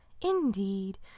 Indeed